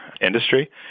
industry